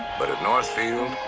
but at northfield,